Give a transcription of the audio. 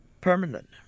permanent